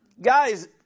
Guys